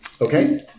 Okay